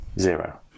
zero